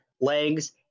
legs